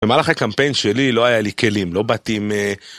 במהלך הקמפיין שלי לא היה לי כלים, לא באתי עם אה...